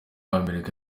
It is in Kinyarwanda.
amerika